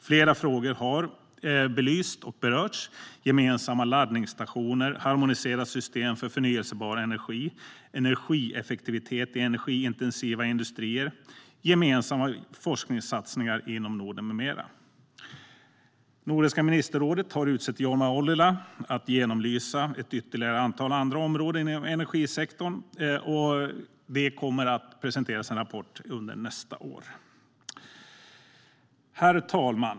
Flera frågor har belysts och berörts: gemensamma laddningsstationer, harmoniserat system för förnybar energi, energieffektivitet i energiintensiva industrier, gemensamma forskningssatsningar inom Norden med mera. Nordiska ministerrådet har utsett Jorma Ollila att genomlysa ett ytterligare antal andra områden inom energisektorn. Det kommer att presenteras en rapport under nästa år. Herr talman!